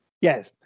Yes